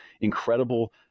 incredible